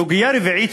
סוגיה רביעית,